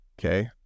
Okay